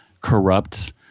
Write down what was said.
corrupt